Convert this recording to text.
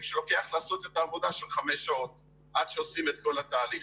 שלוקח לעשות את העבודה של חמש שעות עד שעושים את כל התהליך,